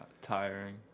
tiring